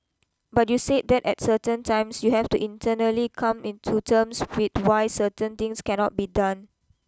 but you said that at certain times you have to internally come in to terms with why certain things cannot be done